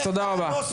מה זה?